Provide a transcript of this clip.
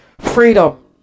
Freedom